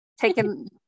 Taking